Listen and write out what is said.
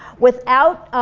without